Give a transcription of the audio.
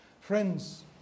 Friends